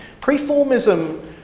preformism